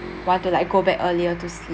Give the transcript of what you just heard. want to like go back earlier to sleep